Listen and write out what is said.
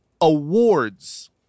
awards